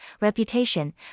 reputation